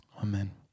Amen